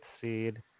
seed